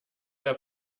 der